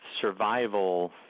survival